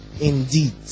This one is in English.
Indeed